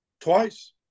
twice